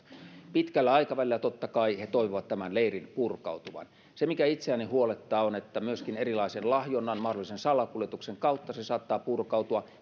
pitkällä aikavälillä totta kai he toivovat tämän leirin purkautuvan se mikä itseäni huolettaa on se että myöskin erilaisen lahjonnan mahdollisen salakuljetuksen kautta se saattaa purkautua